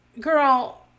girl